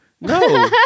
No